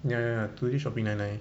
ya ya ya today Shopee nine nine